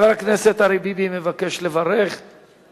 אם כן, רבותי, חוק הביטוח הלאומי (תיקון מס' 135),